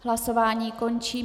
Hlasování končím.